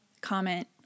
comment